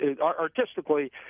Artistically